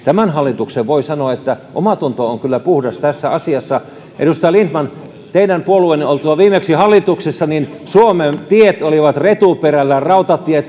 voi sanoa että tämän hallituksen omatunto on kyllä puhdas tässä asiassa edustaja lindtman teidän puolueenne oltua viimeksi hallituksessa suomen tiet olivat retuperällä rautateillä